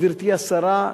גברתי השרה,